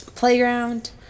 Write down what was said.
playground